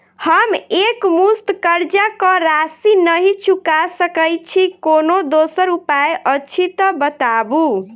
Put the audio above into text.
हम एकमुस्त कर्जा कऽ राशि नहि चुका सकय छी, कोनो दोसर उपाय अछि तऽ बताबु?